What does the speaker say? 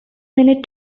minute